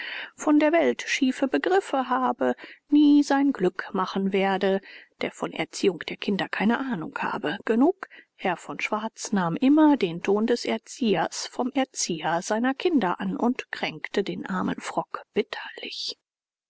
von der welt schiefe begriffe habe nie sein glück machen werde der von erziehung der kinder keine ahnung habe genug herr von schwarz nahm immer den ton des erziehers vom erzieher seiner kinder an und kränkte den armen frock bitterlich